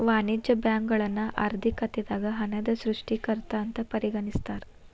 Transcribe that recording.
ವಾಣಿಜ್ಯ ಬ್ಯಾಂಕುಗಳನ್ನ ಆರ್ಥಿಕತೆದಾಗ ಹಣದ ಸೃಷ್ಟಿಕರ್ತ ಅಂತ ಪರಿಗಣಿಸ್ತಾರ